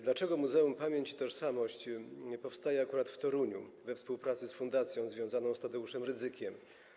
Dlaczego Muzeum „Pamięć i Tożsamość” powstaje akurat w Toruniu we współpracy z fundacją związaną z Tadeuszem Rydzykiem?